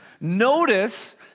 Notice